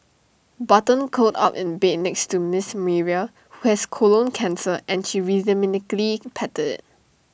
button curled up in bed next to miss Myra who has colon cancer and she rhythmically patted IT